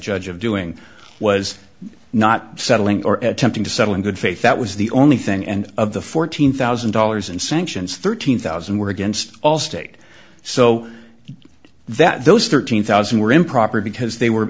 judge of doing was not settling or tempting to settle in good faith that was the only thing and of the fourteen thousand dollars in sanctions thirteen thousand were against allstate so that those thirteen thousand were improper because they were